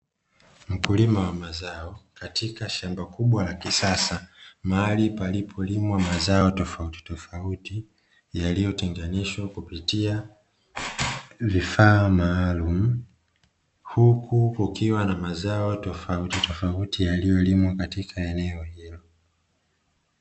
Mkulima wa mazao katika shamba kubwa la kisasa mahali palipolimwa mazao tofautitofauti yaliyotenganishwa kupitia vifaa maalumu, huku kukiwa na mazao tofautotofauti yaliyolimwa katika eneo hilo.